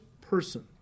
person